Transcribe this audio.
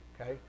Okay